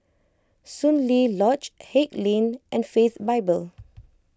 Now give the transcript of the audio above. Soon Lee Lodge Haig Lane and Faith Bible